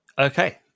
okay